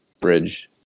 Bridge